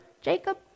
Jacob